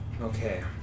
Okay